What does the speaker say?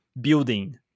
building